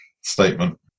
statement